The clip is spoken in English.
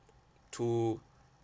too